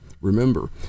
Remember